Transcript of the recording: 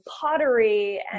pottery